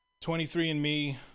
23andMe